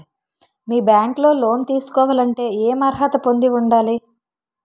మీ bank లో loan తీసుకోవాలంటే ఎం అర్హత పొంది ఉండాలి?